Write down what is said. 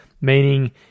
Meaning